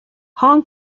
hong